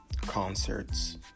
concerts